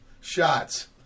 shots